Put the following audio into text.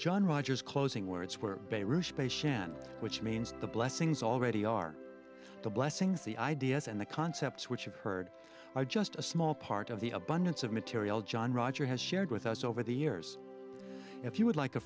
john rogers closing where it's where space shan which means the blessings already are the blessings the ideas and the concepts which you've heard are just a small part of the abundance of material john roger has shared with us over the years if you would like a